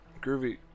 Groovy